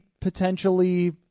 potentially